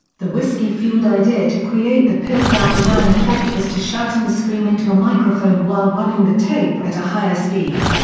the whiskey-fuelled idea to create the piltdown man effect was to shout and scream into a microphone while running the tape at a higher speed.